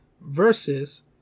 versus